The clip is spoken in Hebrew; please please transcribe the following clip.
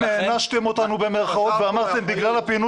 אתם הענשתם אותנו במרכאות ואמרתם שבגלל הפינוי